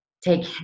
take